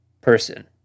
person